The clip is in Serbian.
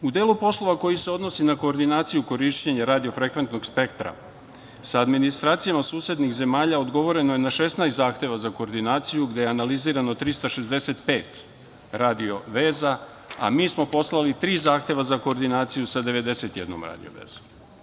U delu poslova koji se odnosi na koordinaciju korišćenja radio-frekventnog spektra, sa administracijom susednih zemalja odgovoreno je na 16 zahteva za koordinaciju gde je analizirano 365 radio veza, a mi smo poslali tri zahteva za koordinaciju sa 91 radio vezom.